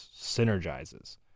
synergizes